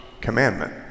commandment